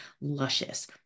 luscious